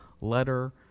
letter